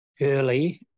early